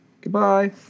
Goodbye